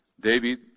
David